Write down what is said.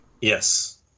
Yes